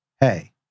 hey